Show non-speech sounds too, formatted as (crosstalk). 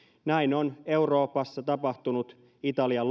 näin on euroopassa tapahtunut italian (unintelligible)